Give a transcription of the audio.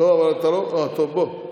טוב, בוא.